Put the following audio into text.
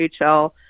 HL